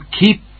keep